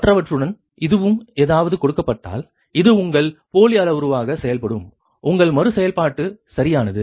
மற்றவற்றுடன் இதுவும் ஏதாவது கொடுக்கப்பட்டால் இது உங்கள் போலி அளவுருவாக செயல்படும் உங்கள் மறு செயல்பாட்டுச் சரியானது